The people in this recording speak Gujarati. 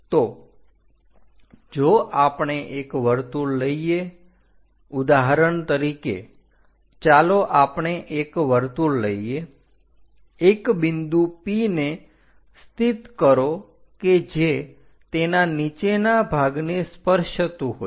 તો જો આપણે એક વર્તુળ લઈએ ઉદાહરણ તરીકે ચાલો આપણે એક વર્તુળ લઈએ એક બિંદુ P ને સ્થિત કરો કે જે તેના નીચેના ભાગને સ્પર્શતું હોય